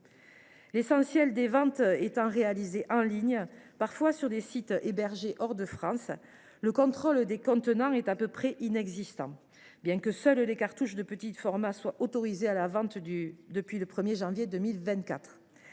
L’essentiel des ventes étant réalisé en ligne, parfois sur des sites hébergés hors de France, le contrôle des contenants est à peu près inexistant, bien que seules les cartouches de petit format soient autorisées à la vente depuis le 1 janvier 2024.